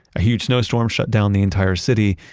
a huge snowstorm shut down the entire city,